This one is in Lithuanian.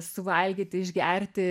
suvalgyti išgerti